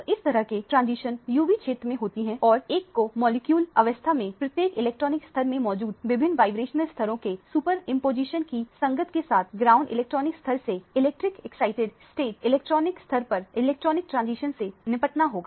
तो इस तरह की ट्रांजिशन UV क्षेत्र में होती हैं और एक को मॉलिक्यूल अवस्था में प्रत्येक इलेक्ट्रॉनिक स्तर में मौजूद विभिन्न वाइब्रेशनल स्तरों के सुपरइम्पोज़िशन की संगत के साथ ग्राउंड इलेक्ट्रॉनिक स्तर से इलेक्ट्रिक एक्साइटेड स्टेट इलेक्ट्रॉनिक स्तर तक इलेक्ट्रॉनिक ट्रांजिशन से निपटना होगा